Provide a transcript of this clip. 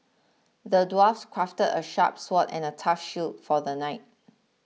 the dwarf crafted a sharp sword and a tough shield for the knight